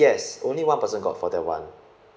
yes only one person got for that [one]